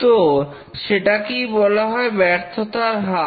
তো সেটাকেই বলা হয় ব্যর্থতার হার